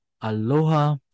Aloha